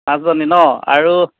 পাঁচজনী ন আৰু